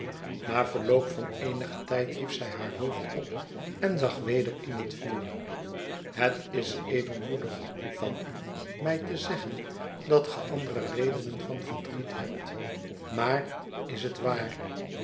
na verloop van eenigen tijd hief zij haar hoofd op en zag weder in het vuur het is edelmoedig van u mij te zeggen dat ge andere redenen van verdriet hebt maar is het waar